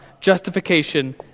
justification